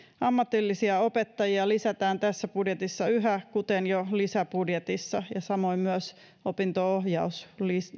ammatillisia opettajia lisätään tässä budjetissa yhä kuten jo lisäbudjetissa ja samoin myös opinto ohjaus